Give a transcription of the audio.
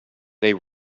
they